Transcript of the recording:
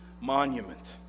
monument